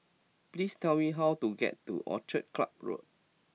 please tell me how to get to Orchid Club Road